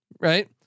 Right